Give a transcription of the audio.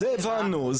זה הבנו.